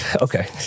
okay